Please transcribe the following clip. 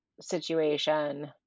situation